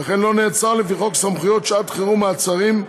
וכן לא נעצר לפי חוק סמכויות שעת-חירום (מעצרים),